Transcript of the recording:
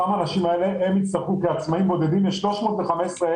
האנשים האלה יצטרכו כעצמאים בודדים יש 315,000